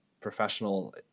professional